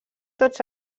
tots